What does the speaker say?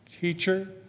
Teacher